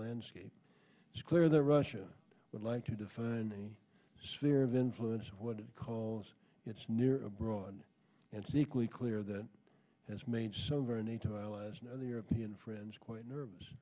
landscape it's clear that russia would like to define any sphere of influence what it calls its near abroad and sickly clear that has made some very nato allies and other european friends quite nervous